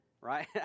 right